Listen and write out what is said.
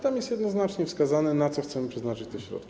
Tam jest jednoznacznie wskazane, na co chcemy przeznaczyć te środki.